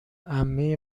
عمه